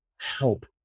Help